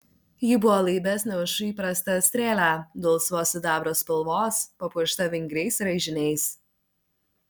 ji buvo laibesnė už įprastą strėlę dulsvos sidabro spalvos papuošta vingriais raižiniais